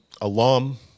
alum